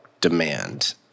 demand